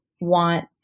want